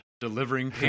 delivering